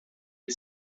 des